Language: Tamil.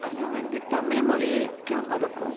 அது வந்து தமிழ் மொழிகளுக்கும் அதுக்கும்